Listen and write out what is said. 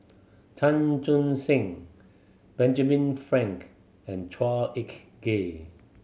Chan Chun Sing Benjamin Frank and Chua Ek Kay